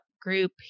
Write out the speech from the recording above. group